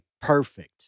perfect